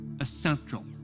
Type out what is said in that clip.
essential